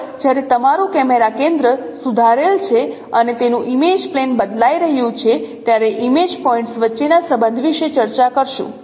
આગળ જ્યારે તમારું કૅમેરા કેન્દ્ર સુધારેલ છે અને તેનું ઇમેજ પ્લેન બદલાઈ રહ્યું છે ત્યારે ઇમેજ પોઇન્ટ્સ વચ્ચેના સંબંધ વિશે ચર્ચા કરશું